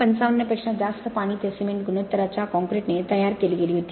55 पेक्षा जास्त पाणी ते सिमेंट गुणोत्तराच्या काँक्रीटने तयार केली गेली होती